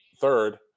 third